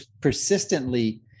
persistently